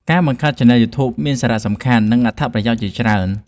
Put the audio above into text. ការបង្កើតឆានែលយូធូបមានសារៈសំខាន់ និងអត្ថប្រយោជន៍ជាច្រើន។